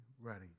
ready